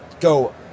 go